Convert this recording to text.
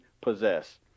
possess